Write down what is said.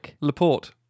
Laporte